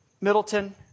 Middleton